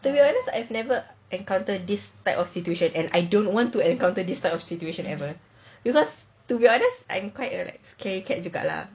to be honest I've never encountered this type of situation and I don't want to encounter this type of situation ever because to be honest I'm quite a scary cat juga lah